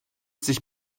sich